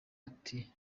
ati